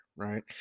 Right